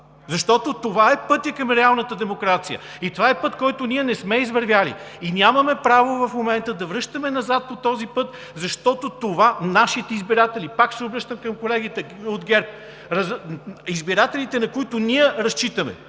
Защото това е пътят към реалната демокрация. Това е път, който ние не сме извървели. Нямаме право в момента да се връщаме назад по този път, защото нашите избиратели, пак се обръщам към колегите от ГЕРБ, избирателите, на които ние разчитаме,